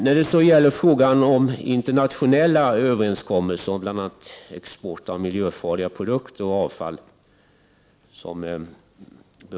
Reservationen berör också frågan om internationella överenskommelser om bl.a. export av miljöfarliga produkter och avfall.